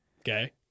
Okay